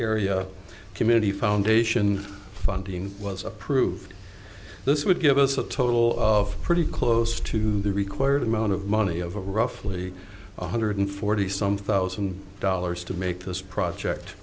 area community foundation funding was approved this would give us a total of pretty close to the required amount of money of roughly one hundred forty some thought some dollars to make this project